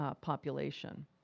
population